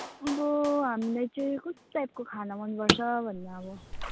अब हामीलाई चाहिँ कस्तो टाइपको खाना मन गर्छ भन्दा अब